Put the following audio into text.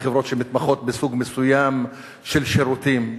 אלה חברות שמתמחות בסוג מסוים של שירותים.